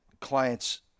clients